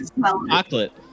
Chocolate